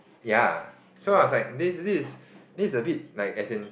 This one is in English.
ya so I was like this this is this is a bit like as in